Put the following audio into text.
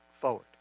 forward